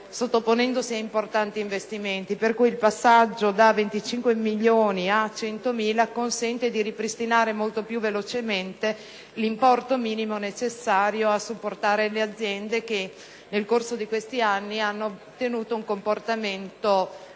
sottoponendosi ad importanti investimenti. Pertanto, il passaggio da 25 milioni a 100 milioni consente di ripristinare molto più velocemente l'importo minimo necessario a supportare le aziende che nel corso di questi anni hanno tenuto un comportamento regolare